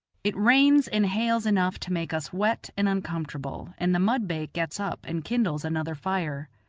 it rains and hails enough to make us wet and uncomfortable, and the mudbake gets up and kindles another fire.